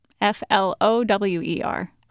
F-L-O-W-E-R